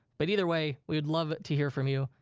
but either way, we would love to hear from you,